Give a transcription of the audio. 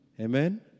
Amen